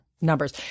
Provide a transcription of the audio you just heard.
numbers